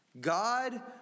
God